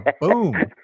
Boom